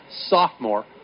sophomore